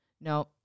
No